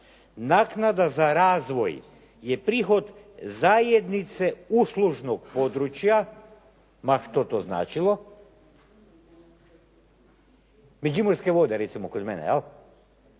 naknada za razvoj je prihod zajednice uslužnog područja, ma što to značilo, međimurske vode recimo kod mene je li?